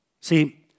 See